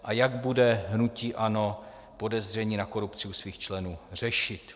A jak bude hnutí ANO podezření na korupci u svých členů řešit?